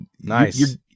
Nice